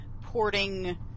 porting